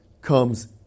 comes